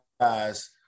guys